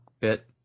bit